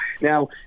Now